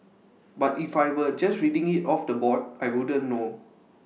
but if I were just reading IT off the board I wouldn't know